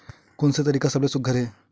कोन से तरीका का सबले सुघ्घर हे?